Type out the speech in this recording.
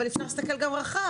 אבל אפשר להסתכל גם רחב,